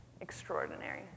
extraordinary